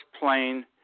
plane